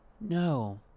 No